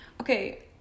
Okay